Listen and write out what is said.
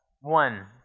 one